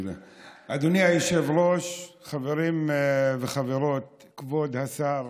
אדוני היושב-ראש, חברים וחברות, כבוד השר